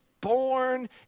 born